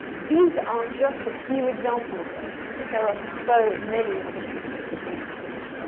these are just a few examples, guys. there are so many other prefixes in english.